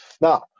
Now